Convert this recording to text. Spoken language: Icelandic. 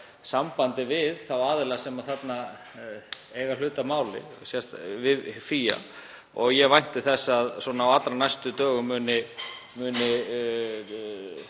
sambandi við þá aðila sem þarna eiga hlut að máli, við FÍA. Ég vænti þess að á allra næstu dögum muni